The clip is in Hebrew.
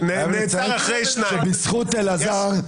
בזכות אלעזר,